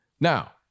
Now